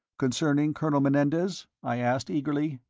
concerning colonel menendez? i asked, eagerly.